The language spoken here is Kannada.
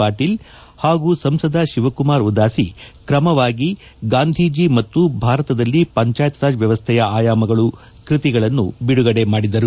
ಪಾಟೀಲ್ ಹಾಗೂ ಸಂಸದ ಶಿವಕುಮಾರ ಉದಾಸಿ ಕ್ರಮವಾಗಿ ಗಾಂಧೀಜಿ ಮತ್ತು ಭಾರತದಲ್ಲಿ ಪಂಚಾಯತ್ ರಾಜ್ ವ್ಯವಸ್ಥೆಯ ಆಯಾಮಗಳು ಕೃತಿಗಳನ್ನು ಬಿಡುಗಡೆ ಮಾಡಿದರು